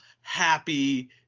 happy